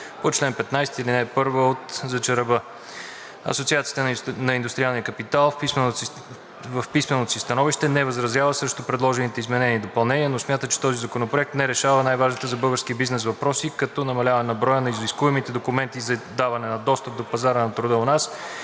по чл. 15, ал 1 от ЗЧРБ. Асоциацията на индустриалния капитал в писменото си становище не възразява срещу предложените изменения и допълнения, но смята, че този законопроект не решава най-важните за българския бизнес въпроси, като намаляване на броя на изискуемите документи за даване на достъп до пазара на труда у нас